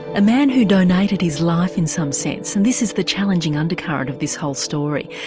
a man who donated his life in some sense, and this is the challenging undercurrent of this whole story,